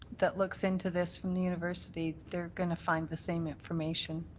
that looks into this from the university, they're going to find the same information?